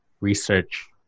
research